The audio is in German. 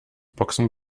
boxen